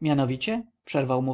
mianowicie przerwał